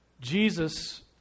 Jesus